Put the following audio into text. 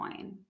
bitcoin